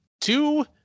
two